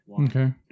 okay